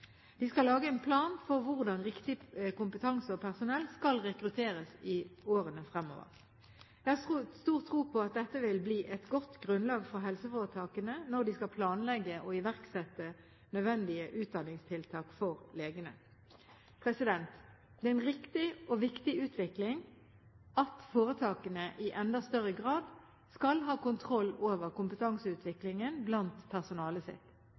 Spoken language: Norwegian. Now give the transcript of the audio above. De skal lage en plan for hvordan riktig kompetanse og personell skal rekrutteres i årene fremover. Jeg har stor tro på at dette vil bli et godt grunnlag for helseforetakene når de skal planlegge og iverksette nødvendige utdanningstiltak for legene. Det er en riktig og viktig utvikling at foretakene i enda større grad skal ha kontroll over kompetanseutviklingen blant personalet